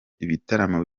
ibitaramo